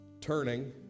turning